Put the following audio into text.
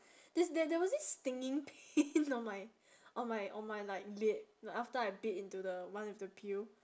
there's there there was this stinging pain on my on my on my like lip like after I bit into the one with the peel